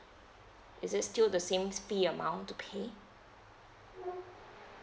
is it still the same fee amount to pay